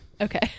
Okay